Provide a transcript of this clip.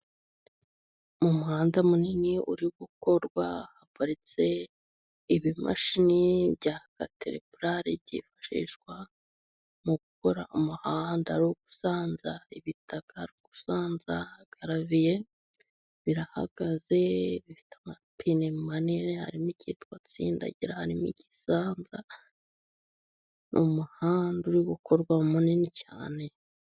Umuhanda munini uri gukorwa haparitse ibimashini bya Katereporale , byifashishwa mu gukora umuhanda . Ari ugusanza ibitaka , ari ugusanza garavie , birahagaze , bifite amapine manini . Harimo ikitwa Tsindagira harimo igisanza , ni umuhanda uri gukorwa , munini cyane.